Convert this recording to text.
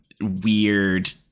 weird